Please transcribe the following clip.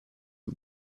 you